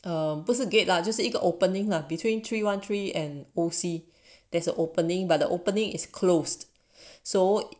嗯不是 gate lah 就是一个 openings lah between three one three and oh O_C there's a opening by the opening is closed so